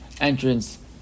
entrance